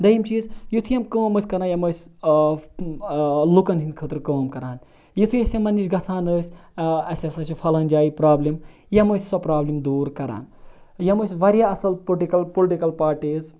دوٚیِم چیٖز یُتھ یِم کٲم ٲسۍ کَران یِم ٲسۍ لُکَن ہِنٛدۍ خٲطرٕ کٲم کَران یُتھُے أسۍ یِمَن نِش گژھان ٲسۍ اَسہِ ہَسا چھِ پھلٲنۍ جایہِ پرٛابلِم یِم ٲسۍ سۄ پرٛابلِم دوٗر کَران یِم ٲسۍ واریاہ اَصٕل پُلٹِکَل پُلٹِکَل پاٹیٖز